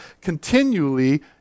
continually